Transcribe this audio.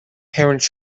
parents